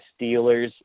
Steelers